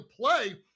play